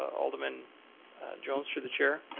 alderman jones, through the chair.